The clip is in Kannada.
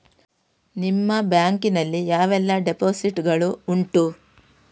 ನಿಮ್ಮ ಬ್ಯಾಂಕ್ ನಲ್ಲಿ ಯಾವೆಲ್ಲ ಡೆಪೋಸಿಟ್ ಗಳು ಉಂಟು?